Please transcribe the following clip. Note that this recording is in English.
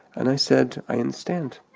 and i said, i understand.